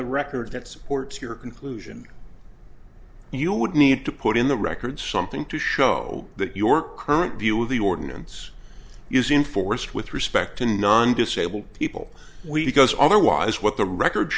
the record that supports your conclusion you would need to put in the record something to show that your current view of the ordinance using force with respect to non disabled people we because otherwise what the record